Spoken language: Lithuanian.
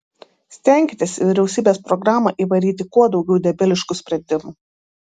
stenkitės į vyriausybės programą įvaryti kuo daugiau debiliškų sprendimų